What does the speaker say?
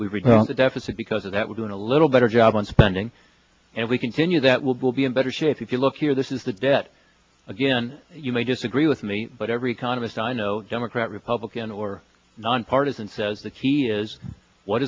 we reduce the deficit because of that we're going to a little better job on spending and we continue that will be in better shape if you look here this is the debt again you may disagree with me but every kind of assign a democrat republican or nonpartisan says the key is what